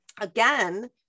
again